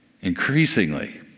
Increasingly